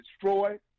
destroyed